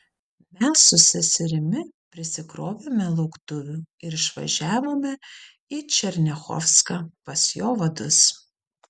mes su seserimi prisikrovėme lauktuvių ir išvažiavome į černiachovską pas jo vadus